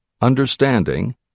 understanding